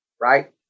Right